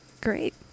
Great